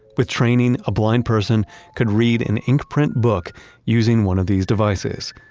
with training, a blind person could read an ink print book using one of these devices.